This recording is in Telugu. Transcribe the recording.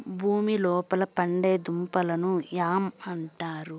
భూమి లోపల పండే దుంపలను యామ్ అంటారు